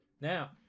Now